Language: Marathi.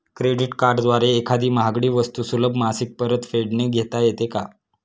क्रेडिट कार्डद्वारे एखादी महागडी वस्तू सुलभ मासिक परतफेडने घेता येते का?